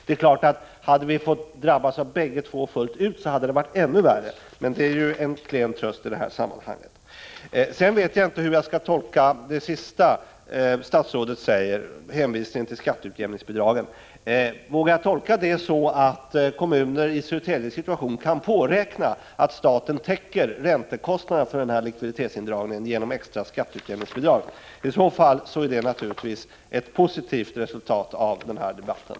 Det är klart att om vi hade drabbats av bägge dessa effekter fullt ut hade det varit ännu värre, men det är ju en klen tröst. Sedan vet jag inte hur jag skall tolka det sista statsrådet säger — hänvisningen till skatteutjämningsbidraget. Vågar jag tolka det så, att kommuner i Södertäljes situation kan påräkna att staten täcker räntekostnaderna för likviditetsindragningen genom extra skatteutjämningsbidrag? I så fall är det naturligtvis ett positivt resultat av den här debatten.